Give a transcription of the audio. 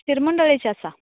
शिरमंडूळेची आसा